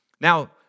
Now